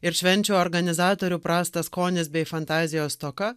ir švenčių organizatorių prastas skonis bei fantazijos stoka